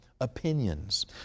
opinions